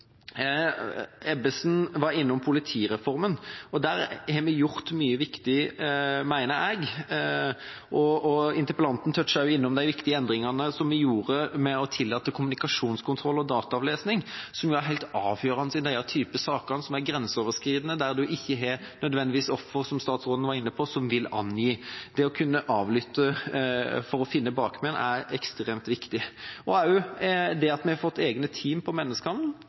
Ebbesen var innom politireformen, og der har vi gjort mye viktig, mener jeg. Interpellanten var også innom de viktige endringene som vi gjorde med å tillate kommunikasjonskontroll og dataavlesing, som er helt avgjørende i denne typen saker, og som er grenseoverskridende der man ikke nødvendigvis – som statsråden var inne på – har ofre som vil være angivere. Det å kunne avlytte for å finne bakmenn er ekstremt viktig, og det at vi har fått egne team som jobber med menneskehandel,